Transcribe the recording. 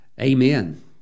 Amen